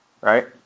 right